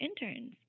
interns